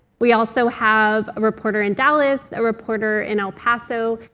we also have a reporter in dallas, a reporter in el paso,